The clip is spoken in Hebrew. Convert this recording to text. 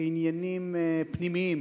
כעניינים פנימיים